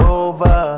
over